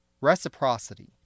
reciprocity